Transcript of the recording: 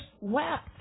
wept